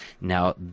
now